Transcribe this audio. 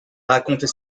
raconter